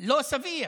לחברת בזק,